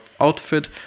outfit